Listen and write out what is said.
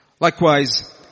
Likewise